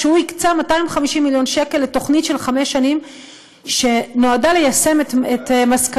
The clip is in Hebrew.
שהוא הקצה 250 מיליון שקל לתוכנית של חמש שנים שנועדה ליישם את מסקנות,